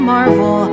Marvel